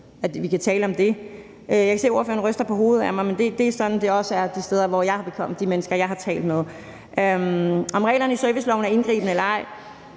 at vi kan tale om det. Jeg kan se, at ordføreren ryster på hovedet ad mig, men det er sådan, det også er, i hvert fald de steder, hvor jeg er kommet og med de mennesker, jeg har talt med. Om reglerne i serviceloven er indgribende eller ej?